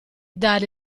dare